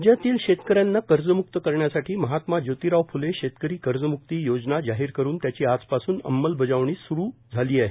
राज्यातील शेतकऱ्यांना कर्जम्क्त करण्यासाठी महात्मा जोतिराव फुले शेतकरी कर्जम्क्ती योजना जाहिर करुन त्याची आज पासून अंमलबजावणी स्रु झाली आहे